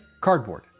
cardboard